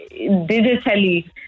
digitally